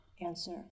answer